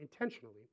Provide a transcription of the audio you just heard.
intentionally